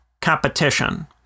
competition